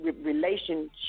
relationship